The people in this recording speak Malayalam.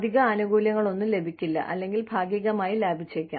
അധിക ആനുകൂല്യങ്ങളൊന്നും ലഭിക്കില്ല അല്ലെങ്കിൽ ഭാഗികമായി ലഭിച്ചേക്കാം